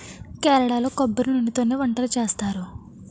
కేరళలో కొబ్బరి నూనెతోనే వంటలు చేస్తారు